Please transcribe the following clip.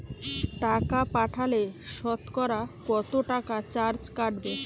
টাকা পাঠালে সতকরা কত টাকা চার্জ কাটবে?